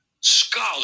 scholar